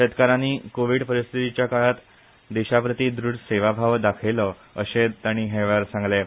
शेतकारांनी कोवीड परिस्थितीच्या काळांत देशा प्रती सेवा भाव दाखयलो अशेंय तांणी ह्या वेळार सांगलें